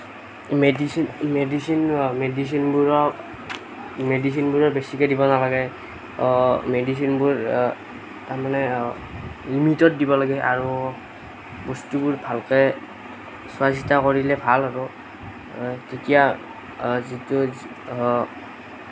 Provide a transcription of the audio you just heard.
medicine medicine মেডিচিনবোৰক মেডিচিনবোৰো বেছিকৈ দিব নালাগে মেডিচিনবোৰ তাৰমানে লিমিটত দিব লাগে আৰু বস্তুবোৰ ভালকৈ চোৱা চিতা কৰিলে ভাল আৰু তেতিয়া যিটো